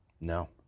No